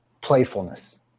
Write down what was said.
Playfulness